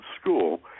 school